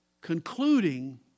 concluding